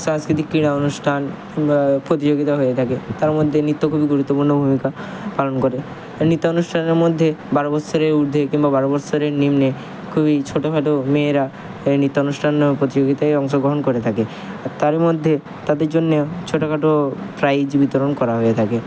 সাংস্কৃতিক ক্রীড়া অনুষ্ঠান কিংবা প্রতিযোগিতা হয়ে থাকে তার মধ্যে নৃত্য খুবই গুরুত্বপূর্ণ ভূমিকা পালন করে আর নৃত্য অনুষ্ঠানের মধ্যে বারো বৎসরের ঊর্ধ্বে কিংবা বারো বৎসরের নিম্নে খুবই ছোটো খাটো মেয়েরা এই নৃত্য অনুষ্ঠান প্রতিযোগিতায় অংশগ্রহণ করে থাকে আর তার মধ্যে তাদের জন্যেও ছোটো খাটো প্রাইজ বিতরণ করা হয়ে থাকে